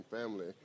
family